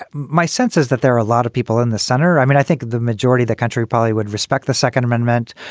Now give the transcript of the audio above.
ah my sense is that there are a lot of people in the center. i mean, i think the majority the country probably would respect the second amendment.